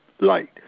light